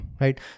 right